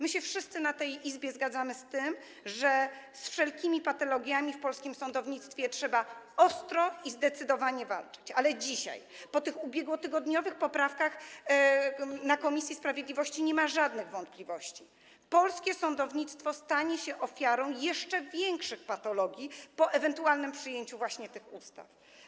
My się wszyscy w tej Izbie zgadzamy z tym, że z wszelkimi patologiami w polskim sądownictwie trzeba ostro i zdecydowanie walczyć, ale dzisiaj po tych ubiegłotygodniowych poprawkach w komisji sprawiedliwości nie ma żadnych wątpliwości, że polskie sądownictwo stanie się ofiarą jeszcze większych patologii po ewentualnym przyjęciu tych ustaw.